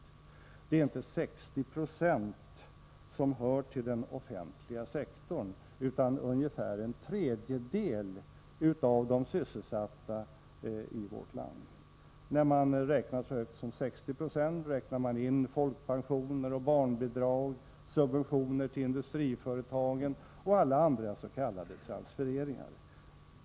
Av de sysselsatta i vårt land hör inte 60 9? till den offentliga sektorn, utan ungefär en tredjedel. När man kommer fram till ett så högt tal som 60 96 räknar man in folkpensioner, barnbidrag, subventioner till industrin och alla andra s.k. transfereringar.